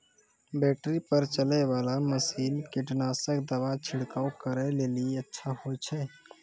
Battery पर चलै वाला मसीन कीटनासक दवा छिड़काव करै लेली अच्छा होय छै?